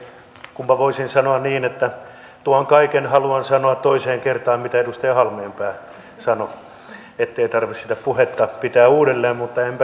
kunpa voisin sanoa niin että tuon kaiken haluan sanoa toiseen kertaan mitä edustaja halmeenpää sanoi ettei tarvitse sitä puhetta pitää uudelleen mutta enpä sitä pidäkään